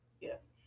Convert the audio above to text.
yes